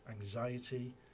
anxiety